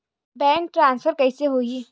Bank transfer कइसे होही?